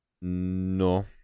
no